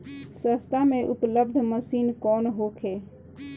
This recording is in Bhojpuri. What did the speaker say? सस्ता में उपलब्ध मशीन कौन होखे?